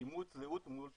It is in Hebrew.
אימות זהות מול תעודה.